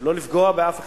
לא לפגוע באף אחד.